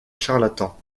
charlatan